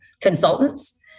consultants